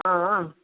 अँ